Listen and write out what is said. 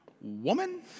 woman